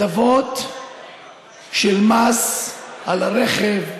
הטבות של מס על רכב,